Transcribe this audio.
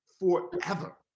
forever